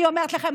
אני אומרת לכם,